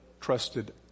trusted